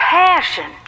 passion